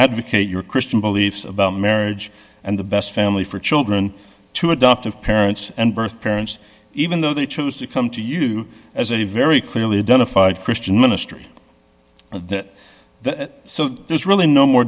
advocate your christian beliefs about marriage and the best family for children to adoptive parents and birthparents even though they choose to come to you as a very clearly identified christian ministry that that there's really no more